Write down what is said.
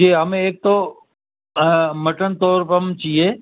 جی ہمیں ایک تو مٹن تال پام چاہیے